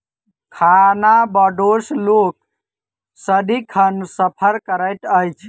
खानाबदोश लोक सदिखन सफर करैत अछि